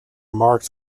marked